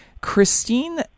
Christine